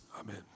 Amen